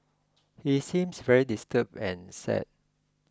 he seems very disturbed and sad